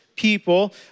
people